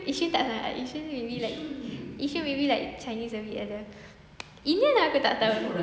yishun tak sangat yishun maybe like yishun maybe like chinese a bit ada indian aku tak tahu